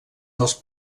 dels